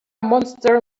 monster